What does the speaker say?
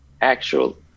actual